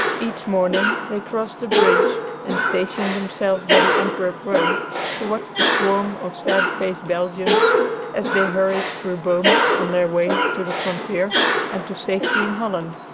each morning they crossed the bridge and stationed themselves by the antwerp road to watch the swarm of sad-faced belgians as they hurried through boom on their way to the frontier and to safety in holland.